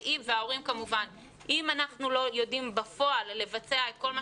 אם אנחנו לא יודעים בפועל לבצע את כל מה